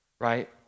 Right